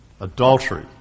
Adultery